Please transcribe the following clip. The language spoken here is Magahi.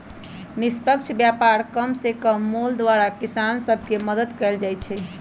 निष्पक्ष व्यापार कम से कम मोल द्वारा किसान सभ के मदद कयल जाइ छै